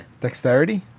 Dexterity